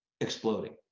exploding